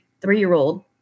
three-year-old